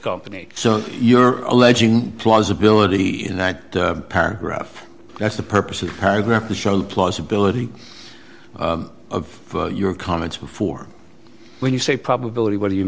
company so you're alleging plausibility in that paragraph that's the purpose of paragraph to show the plausibility of your comments before when you say probability what do you